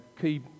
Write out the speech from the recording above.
key